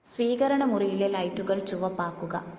സ്വീകരണമുറിയിലെ ലൈറ്റുകൾ ചുവപ്പാക്കുക